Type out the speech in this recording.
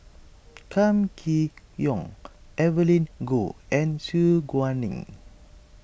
Kam Kee Yong Evelyn Goh and Su Guaning